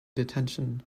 detention